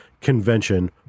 convention